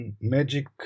magic